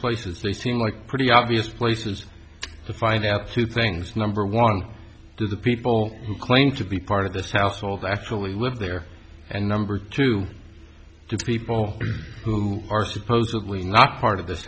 places they seem like pretty obvious places to find absolute things number one do the people who claim to be part of this household actually live there and number two people who are supposedly not part of this